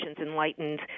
enlightened